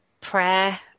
prayer